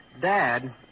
Dad